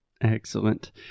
Excellent